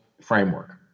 framework